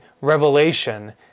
revelation